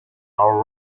are